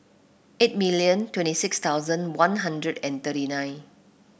eight million twenty six thousand One Hundred and thirty nine